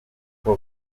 uko